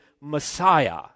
Messiah